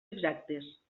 exactes